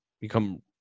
become